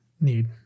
need